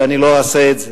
ואני לא אעשה את זה.